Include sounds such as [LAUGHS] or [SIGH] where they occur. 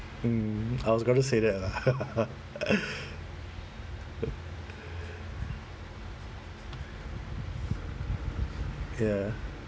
mm I was going to say that lah [LAUGHS] ya